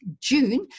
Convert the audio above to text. June